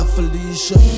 Felicia